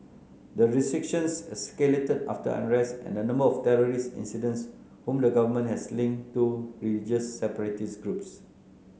the restrictions escalated after unrest and a number of terrorist incidents whom the government has linked to religious separatist groups